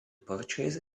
purchase